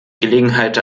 gelegenheit